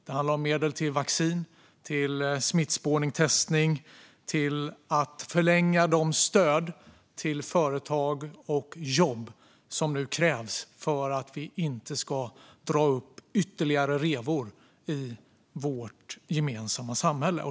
Det handlar om medel till vaccin, smittspårning och testning och till att förlänga de stöd till företag och jobb som nu krävs för att vi inte ska dra upp ytterligare revor i vårt gemensamma samhälle.